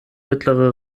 mittlere